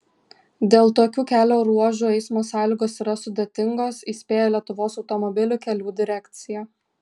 dėl tokių kelio ruožų eismo sąlygos yra sudėtingos įspėja lietuvos automobilių kelių direkcija